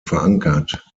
verankert